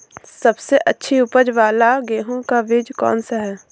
सबसे अच्छी उपज वाला गेहूँ का बीज कौन सा है?